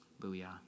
Booyah